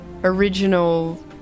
original